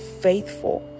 faithful